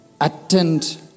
attend